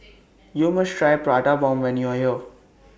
YOU must Try Prata Bomb when YOU Are here